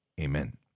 Amen